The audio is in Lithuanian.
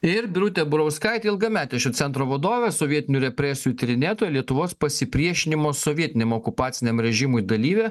ir birutė burauskaitė ilgametė šio centro vadovė sovietinių represijų tyrinėtoja lietuvos pasipriešinimo sovietiniam okupaciniam režimui dalyvė